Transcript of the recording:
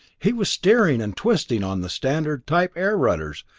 he was steering and twisting on the standard type air rudders,